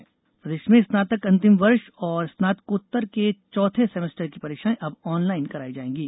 college परीक्षाएं प्रदेश में स्नातक अंतिम वर्ष और स्नातकोत्त के चौथे सेमेस्टर की परीक्षाएं अब ऑनलाइन कराई जाएंगी